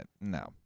no